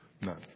None